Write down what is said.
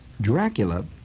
Dracula